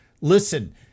Listen